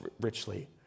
richly